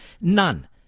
None